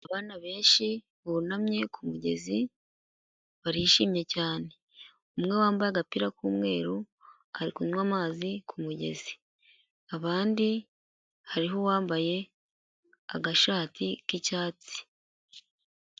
Abana benshi bunamye ku mugezi barishimye cyane, umwe wambaye agapira k'umweru ari kunywa amazi ku mugezi, abandi hariho uwambaye agashati k'icyatsi.